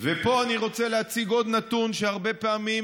ופה אני רוצה להציג עוד נתון שהרבה פעמים